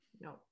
No